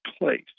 place